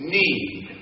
need